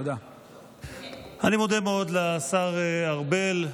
אני מודה מאוד לשר ארבל.